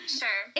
sure